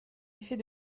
effet